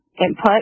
input